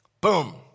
Boom